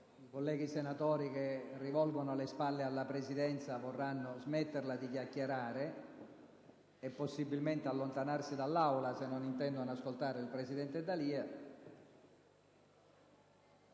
ai colleghi senatori che rivolgono le spalle alla Presidenza di smettere di chiacchierare e possibilmente di allontanarsi dall'Aula se non intendono ascoltare l'intervento del